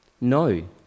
No